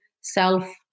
self